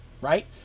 right